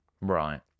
Right